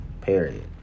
period